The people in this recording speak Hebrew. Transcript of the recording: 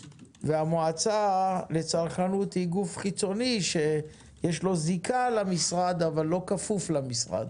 והמועצה לצרכנות היא גוף חיצוני שיש לו זיקה למשרד אבל לא כפוף למשרד.